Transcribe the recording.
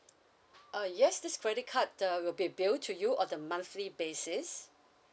uh yes this credit card uh will be billed to you on the monthly basis